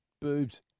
Boobs